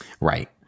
Right